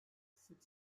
sık